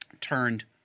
turned